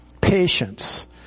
Patience